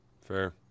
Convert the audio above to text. fair